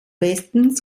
besten